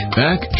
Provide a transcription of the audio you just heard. back